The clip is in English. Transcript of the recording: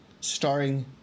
starring